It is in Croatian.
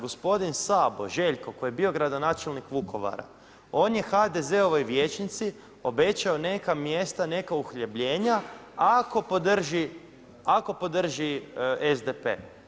Gospodin Sabo Željko, koji je bio gradonačelnik Vukovara, on je HDZ-ovoj vijećnici obećao neka mjesta, neko uhljebljenja, ako podrži SDP.